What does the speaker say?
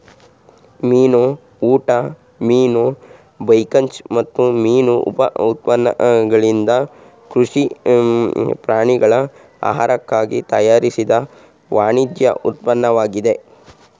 ಮೀನು ಊಟ ಮೀನು ಬೈಕಾಚ್ ಮತ್ತು ಮೀನು ಉಪ ಉತ್ಪನ್ನಗಳಿಂದ ಕೃಷಿ ಪ್ರಾಣಿಗಳ ಆಹಾರಕ್ಕಾಗಿ ತಯಾರಿಸಿದ ವಾಣಿಜ್ಯ ಉತ್ಪನ್ನವಾಗಿದೆ